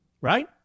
right